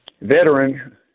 veteran